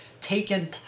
taken